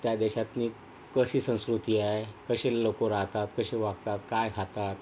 त्या देशातली कशी संस्कृती आहे कसे लोक राहतात कसे वागतात काय खातात